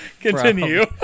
continue